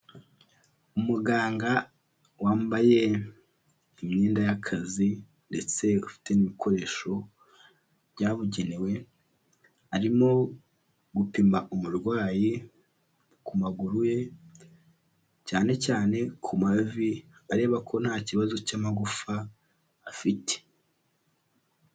Muganga wambaye imyenda y'akazi ndetse ufite n'ibikoresho byabugenewe, arimo gupima umurwayi ku maguru ye, cyane cyane ku mavi areba ko nta kibazo cy'amagufa afite.